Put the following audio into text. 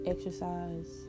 Exercise